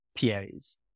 PAs